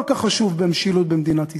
כל כך חשוב במשילות במדינת ישראל.